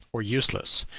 or useless,